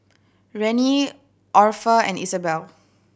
Rennie Orpha and Isabelle